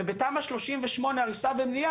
ובתמ"א 38 הריסה ובנייה,